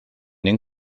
den